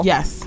Yes